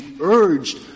urged—